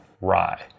Rye